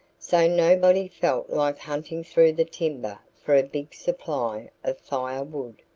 so nobody felt like hunting through the timber for a big supply of firewood.